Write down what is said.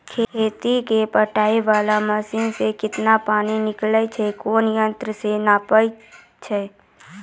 खेत कऽ पटाय वाला मसीन से केतना पानी निकलैय छै कोन यंत्र से नपाय छै